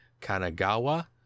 Kanagawa